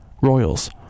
royals